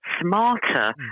smarter